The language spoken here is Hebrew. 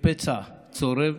כפצע צורב